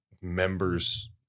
members